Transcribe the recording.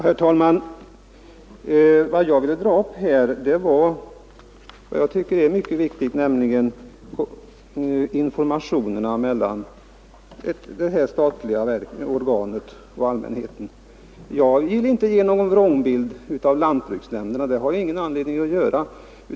Herr talman! Vad jag ville ta upp var något som jag tycker är mycket viktigt, nämligen informationerna mellan detta statliga organ och allmänheten. Jag ville inte ge någon vrångbild av lantbruksnämnderna — det har jag ingen anledning att göra.